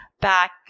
back